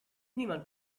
niemand